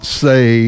say